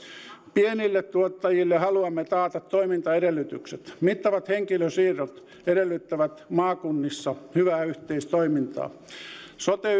pienille tuottajille haluamme taata toimintaedellytykset mittavat henkilösiirrot edellyttävät maakunnissa hyvää yhteistoimintaa sote